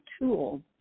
tool